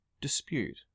dispute